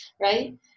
right